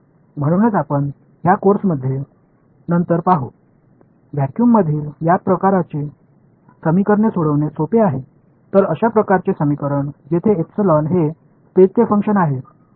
म्हणूनच आपण या कोर्समध्ये नंतर पाहू व्हॅक्यूममधील या प्रकारची समीकरणे सोडवणे सोपे आहे तर अशा प्रकारचे समीकरण जेथे एप्सिलॉन हे स्पेसचे फंक्शन आहे